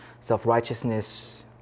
self-righteousness